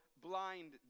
blind